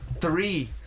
Three